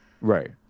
Right